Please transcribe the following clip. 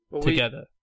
together